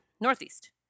Northeast